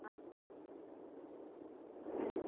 ஆ ம்